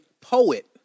poet